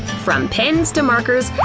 from pens to markers,